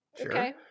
okay